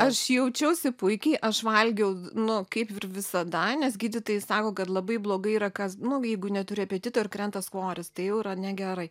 aš jaučiausi puikiai aš valgiau nu kaip ir visada nes gydytojai sako kad labai blogai yra kas nu jeigu neturi apetito ir krenta svoris tai jau yra negerai